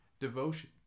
devotion